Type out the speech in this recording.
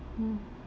mm